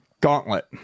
Gauntlet